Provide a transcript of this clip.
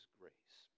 grace